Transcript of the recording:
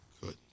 Good